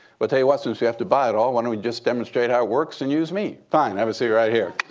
but tell you what, since we have to buy it all, why don't we just demonstrate how it works and use me? fine, have a seat right here.